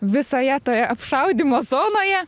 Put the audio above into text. visoje toje apšaudymo zonoje